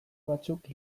batzuk